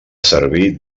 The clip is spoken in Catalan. servir